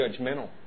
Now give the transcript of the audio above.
judgmental